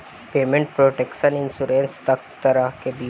payment protection insurance एक तरह के बीमा ह